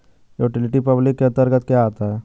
Utility public के अंतर्गत क्या आता है?